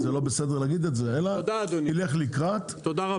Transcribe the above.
אבל הוא ילך לקראת --- תודה,